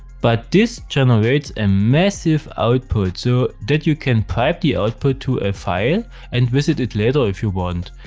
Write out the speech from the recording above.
but this generates a massive output so that you can pipe the output to a file and visit it later if you want.